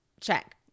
Check